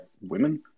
women